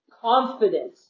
confident